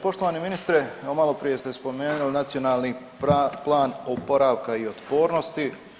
Poštovani ministre, evo malo prije ste spomenuli Nacionalni plan oporavka i otpornosti.